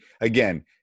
again